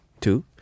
Two